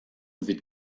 wird